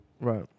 Right